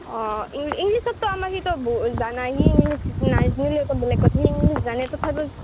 অঁ ইং ইংলিছত আমাৰ ইটো জানা সি ইংলিছ নাজনিলেতো বেলেগ কথা সি ইংলিছ জানে তথাপি